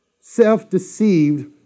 self-deceived